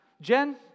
Jen